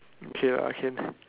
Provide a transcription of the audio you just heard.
okay ah can